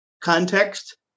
context